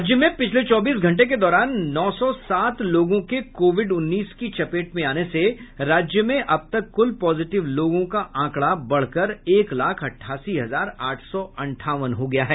राज्य में पिछले चौबीस घंटे के दौरान नौ सौ सात लोगों के कोविड उन्नीस की चपेट में आने से राज्य में अबतक कुल पॉजिटिव लोगों का आंकड़ा बढ़कर एक लाख अठासी हजार आठ सौ अंठावन हो गया है